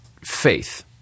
faith